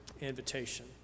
invitation